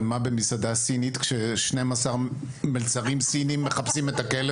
אבל מה במסעדה סינית ש-12 מלצרים סינים מחפשים את הכלב.